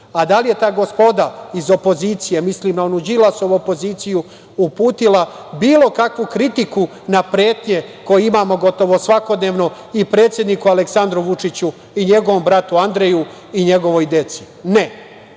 Da li je ta gospoda iz opozicije, mislim na onu Đilasovu opoziciju, uputila bilo kakvu kritiku na pretnje koje imamo gotovo svakodnevno i predsedniku Aleksandru Vučiću i njegovom bratu Andreju i njegovoj deci? Ne,